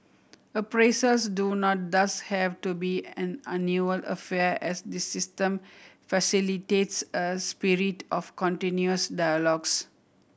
appraisals do not thus have to be an annual affair as this system facilitates a spirit of continuous dialogues